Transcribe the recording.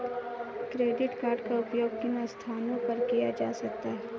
Credit card का उपयोग किन स्थानों पर किया जा सकता है?